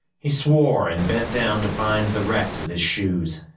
he swore and bent down to find the wrecks of his shoes.